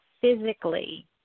physically